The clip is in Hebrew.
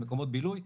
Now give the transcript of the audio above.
למקומות בילוי,